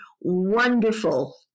wonderful